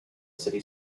city